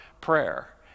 prayer